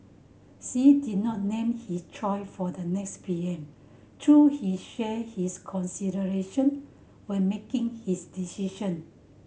say did not name his choice for the next P M though he shared his considerations when making his decision